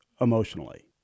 emotionally